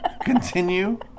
continue